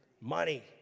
Money